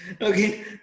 Okay